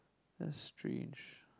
that's strange